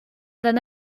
than